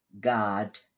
God